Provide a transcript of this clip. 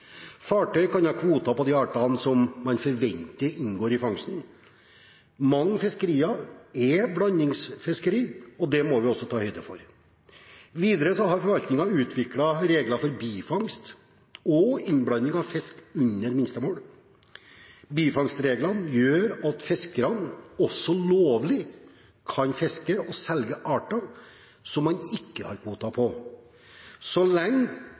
Fartøy kan ha kvoter på de artene som man forventer inngår i fangsten. Mange fiskerier er blandingsfiskerier, og det må vi ta høyde for. Videre har forvaltningen utviklet regler for bifangst og innblanding av fisk under minstemål. Bifangstreglene gjør at fiskerne også lovlig kan fiske og selge arter som de ikke har kvoter på, så lenge